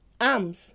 arms